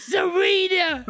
Serena